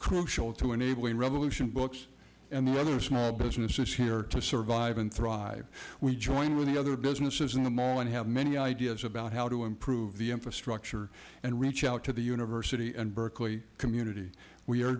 crucial to enabling revolution books and the other small businesses here to survive and thrive we join with the other businesses in the mall and have many ideas about how to improve the infrastructure and reach out to the university and berkeley community we